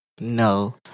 no